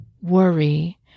worry